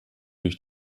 durch